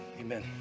amen